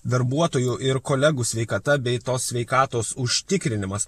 darbuotojų ir kolegų sveikata bei tos sveikatos užtikrinimas